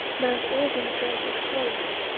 mount auburn's gate is closed.